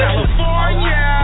California